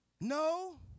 No